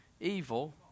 evil